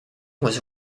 was